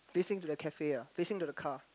facing to the cafe ah facing to the car